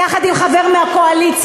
יחד עם חבר מהקואליציה,